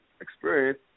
experience